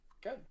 good